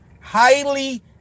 highly